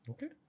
Okay